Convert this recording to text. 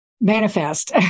manifest